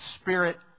spirit